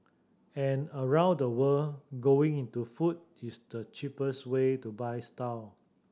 and around the world going into food is the cheapest way to buy style